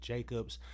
Jacobs